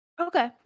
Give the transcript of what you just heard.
okay